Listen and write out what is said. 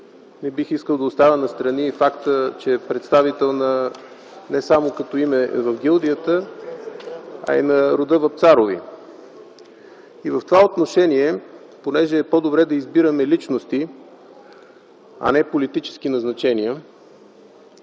Не бих искал да оставя настрани и факта, че е представител, не само като име, на гилдията, а и на рода Вапцарови. В това отношение, понеже е по-добре да избираме личности, а не да се правят политически назначения,